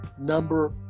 number